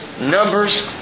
Numbers